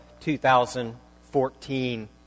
2014